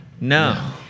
no